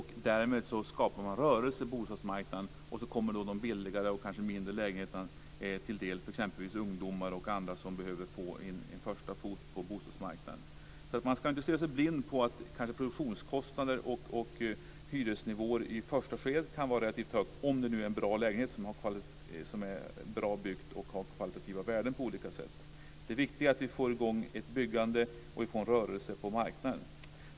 Därmed skapar man rörelse på bostadsmarknaden. Då kommer de billigare och mindre lägenheterna kanske ungdomar och andra som behöver få in en första fot på bostadsmarknaden till del. Man ska alltså inte stirra sig blind på produktionskostnader och hyresnivåer som i första skedet kan vara relativt höga om det är en bra lägenhet som är bra byggd och har kvalitativa värden på olika sätt. Det viktiga är att vi får i gång ett byggande och att vi får en rörelse på marknaden.